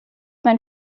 mein